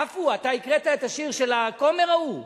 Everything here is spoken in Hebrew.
עפו, אתה הקראת את השיר של הכומר ההוא?